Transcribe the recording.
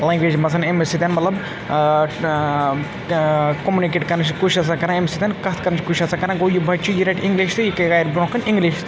language منٛز أمس سۭتۍ مطلب کوٚمنِکیٹ کَرنٕچ کوٗشِش آسان کَران اَمہِ سۭتۍ کَتھ کَرٕنٕچ کوٗشِش آسان کَران گوٚو یہِ بَچہِ چھُ یہِ رَٹہِ اِنٛگلِش تہٕ یہِ کَرِ برونٛہہ کُن اِنٛگلِش